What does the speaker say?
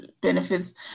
benefits